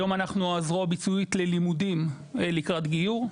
היום אנחנו הזרוע הביצועית ללימודים לקראת גיור.